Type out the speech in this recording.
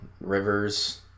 Rivers